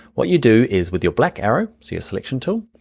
what you do is, with your black arrow, so your selection tool,